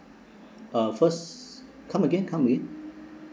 uh first come again come again